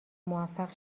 موفق